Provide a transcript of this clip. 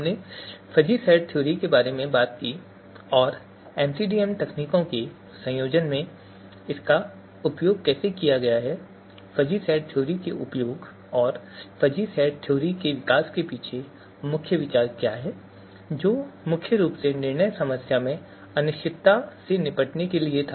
हमने fuzzy set theory के बारे में बात की और एमसीडीएम तकनीकों के संयोजन में इसका उपयोग कैसे किया गया है फ़ज़ी सेट थ्योरी के उपयोग और फ़ज़ी सेट थ्योरी के विकास के पीछे मुख्य विचार क्या है जो मुख्य रूप से निर्णय समस्या में अनिश्चितता से निपटने के लिए था